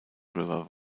river